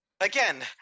again